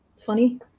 funny